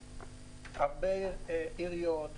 עיריות,